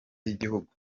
y’igihugu